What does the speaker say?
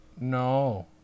No